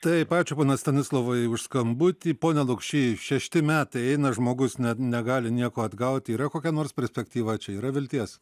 taip ačiū pone stanislovai už skambutį pone lukšy šešti metai eina žmogus net negali nieko atgaut yra kokia nors perspektyva čia yra vilties